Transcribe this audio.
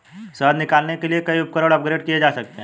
शहद निकालने के लिए कई उपकरण अपग्रेड किए जा सकते हैं